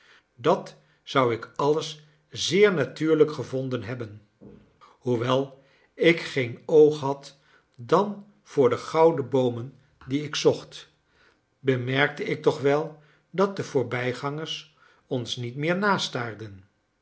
dat zou ik alles zeer natuurlijk gevonden hebben hoewel ik geen oog had dan voor de gouden boomen die ik zocht bemerkte ik toch wel dat de voorbijgangers ons niet meer nastaarden